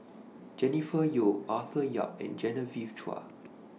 Jennifer Yeo Arthur Yap and Genevieve Chua